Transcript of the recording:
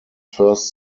first